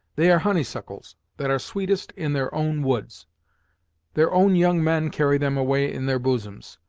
they are honeysuckles, that are sweetest in their own woods their own young men carry them away in their bosoms,